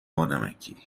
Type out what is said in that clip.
بانمکی